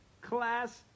class